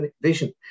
vision